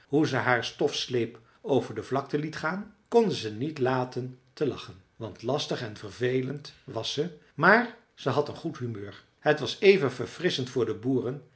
hoe ze haar stofsleep over de vlakte liet gaan konden ze niet laten te lachen want lastig en vervelend was ze maar ze had een goed humeur t was even verfrisschend voor de boeren